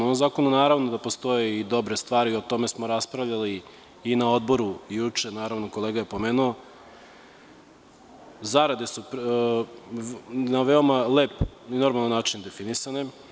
U ovom zakonu naravno da postoje i dobre stvari, o tome smo raspravljali i na odboru, juče, naravno kolega je pomenuo, zarade su na veoma lep i normalan način definisane.